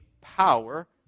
power